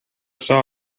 saw